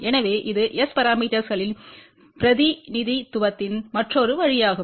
எனவே இது S பரமீட்டர்ஸ்களின் பிரதிநிதித்துவத்தின் மற்றொரு வழியாகும்